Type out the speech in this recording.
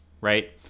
right